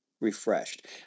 refreshed